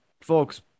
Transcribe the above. folks